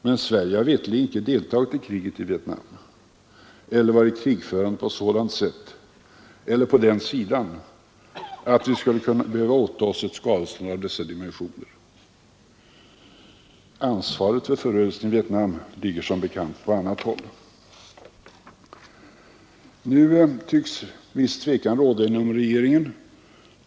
Men Sverige har veterligt inte deltagit i kriget i Vietnam eller varit krigförande på sådant sätt eller på den sidan att vi skulle behöva åta oss ett skadestånd av dessa dimensioner. Ansvaret för förödelsen i Vietnam ligger som bekant på annat håll. Nu tycks viss tvekan råda inom regeringen.